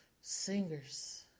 singers